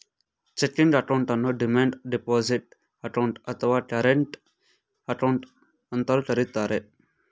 checking ಅಕೌಂಟನ್ನು demand deposit account, ಅಥವಾ current account ಅಂತಲೂ ಕರಿತರೆ